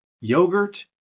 yogurt